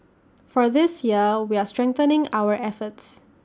for this year we're strengthening our efforts